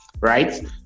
right